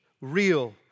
real